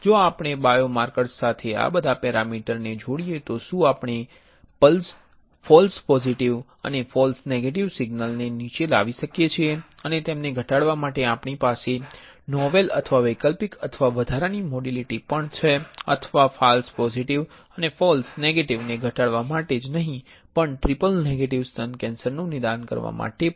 જો આપણે બાયોમાર્કર્સ સાથે આ બધા પેરામિટર ને જોડીએ તો શું આપણે ફાલ્સ પોજિટિવ અને ફાલ્સ નેગેટિવ સિગ્નલ ને નીચે લાવી શકીએ છીએ અને તેમને ઘટાડવા માટે આપણી પાસે નોવેલ અથવા વૈકલ્પિક અથવા વધારાની મોડલિટિ પણ છે અથવા ફાલ્સ પોજિટિવ અને ફાલ્સ નેગેટિવ ને ઘટાડવા માટે જ નહીં પણ ટ્રિપલ નેગેટિવ સ્તન કેન્સરનું નિદાન કરવા મટે પણ